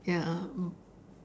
ya lah mm